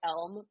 Elm